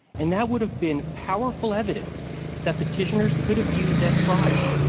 and that would have been powerful evidence that petitioners could have used at trial.